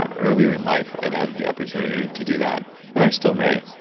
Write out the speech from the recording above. ah earlier in life, i'd had the opportunity to do that. and i still may,